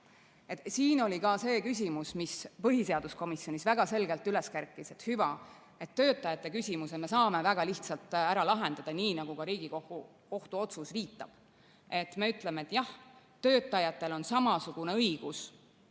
Siin oli ka see küsimus, mis põhiseaduskomisjonis väga selgelt üles kerkis. Hüva, töötajate küsimuse me saame väga lihtsalt ära lahendada, nii nagu ka Riigikohtu otsus viitab. Me ütleme, et jah, töötajatel on samasugune õigus,